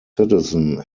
citizen